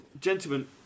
Gentlemen